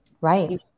Right